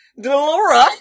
Delora